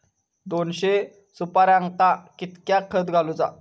दोनशे सुपार्यांका कितक्या खत घालूचा?